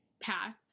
path